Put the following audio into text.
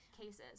cases